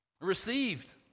received